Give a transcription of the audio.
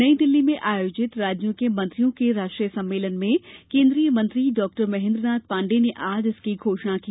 नई दिल्ली में आयोजित राज्यों के मंत्रियों के राष्ट्रीय सम्मेलन में केन्द्रीय मंत्री डॉक्टर महेन्द्र नाथ पाण्डे ने आज इसकी घोषण की